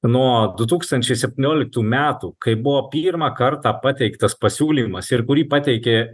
nuo du tūkstančiai septynioliktų metų kai buvo pirmą kartą pateiktas pasiūlymas ir kurį pateikė